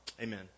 Amen